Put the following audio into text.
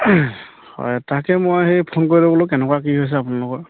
হয় তাকে মই সেই ফোন কৰিলো বোলো কেনেকুৱা কি হৈছে আপোনালোকৰ